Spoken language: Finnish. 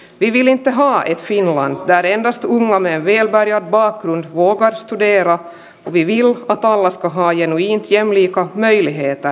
piwilen tehoa ei finland täyden vastuun molempien väliä vaan huokaistu eero viivillä tavalla ajeluihin ja miika aihetta